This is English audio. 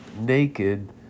naked